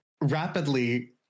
rapidly